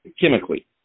chemically